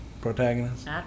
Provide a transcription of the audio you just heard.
protagonist